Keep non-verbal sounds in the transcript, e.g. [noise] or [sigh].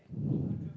[breath]